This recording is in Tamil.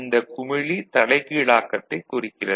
இந்த குமிழி தலைகீழாக்கத்தைக் குறிக்கிறது